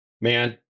man